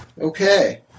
Okay